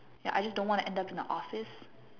ya I just don't wanna end up in a office